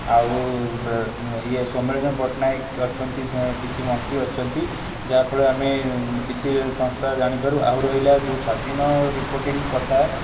ଆଉ ଇଏ ସୋମ୍ୟରଞ୍ଜନ ପଟ୍ଟନାୟକ ଅଛନ୍ତି କିଛି ମନ୍ତ୍ରୀ ଅଛନ୍ତି ଯାହାଫଳରେ ଆମେ କିଛି ସଂସ୍ଥା ଜାଣିପାରୁ ଆଉ ରହିଲା ଯେଉଁ ସ୍ଵାଧୀନ ରିପୋର୍ଟିଂ କଥା